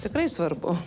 tikrai svarbu